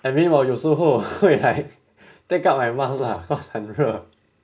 I mean 我有时候会 like take out my mask lah cause 很热